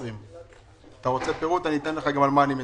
אם אתה רוצה פירוט אוכל להגיד על מה אני מדבר.